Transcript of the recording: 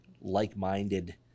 like-minded